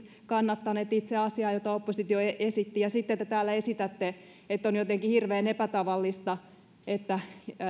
kannattaneet itse asiaa jota oppositio esitti ja sitten te täällä esitätte että on jotenkin hirveän epätavallista että